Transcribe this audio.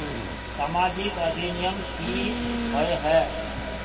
सामाजिक अधिनियम की होय है?